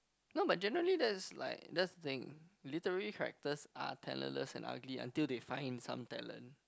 no but generally that's like that's thing literally characters are talent less and ugly until they find some talent